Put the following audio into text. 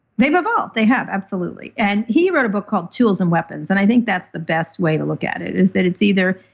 they've evolved, they have, absolutely. and he wrote a book called tools and weapons. and i think that's the best way to look at it is that it's either.